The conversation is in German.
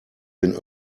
den